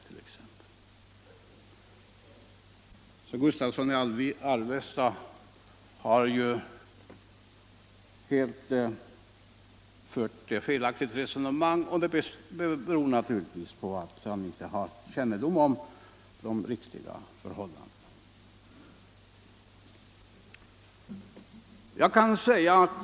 Herr Gustavssons i Alvesta resonemang är alltså helt felaktigt, och det beror naturligtvis på att han inte har kännedom om de riktiga förhållandena.